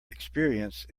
experience